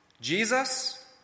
Jesus